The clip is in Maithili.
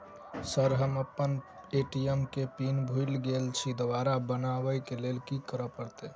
सर हम अप्पन ए.टी.एम केँ पिन भूल गेल छी दोबारा बनाब लैल की करऽ परतै?